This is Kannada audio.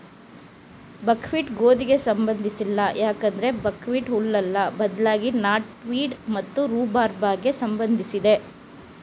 ಬಕ್ ಹ್ವೀಟ್ ಗೋಧಿಗೆ ಸಂಬಂಧಿಸಿಲ್ಲ ಯಾಕಂದ್ರೆ ಬಕ್ಹ್ವೀಟ್ ಹುಲ್ಲಲ್ಲ ಬದ್ಲಾಗಿ ನಾಟ್ವೀಡ್ ಮತ್ತು ರೂಬಾರ್ಬೆಗೆ ಸಂಬಂಧಿಸಿದೆ